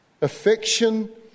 Affection